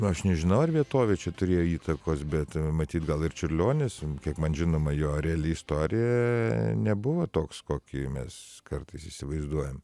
aš nežinau ar vietovė čia turėjo įtakos bet matyt gal ir čiurlionis kiek man žinoma jo reali istorija nebuvo toks kokį mes kartais įsivaizduojam